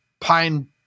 pine